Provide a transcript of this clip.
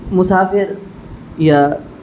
مسافر یا